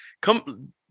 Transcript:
Come